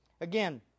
Again